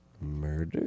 Murder